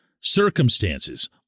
circumstances